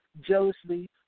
Jealously